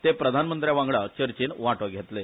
ते प्रधानमंत्र्यावांगडा चर्चेत वांटो घेतले